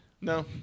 No